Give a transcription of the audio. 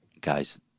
Guys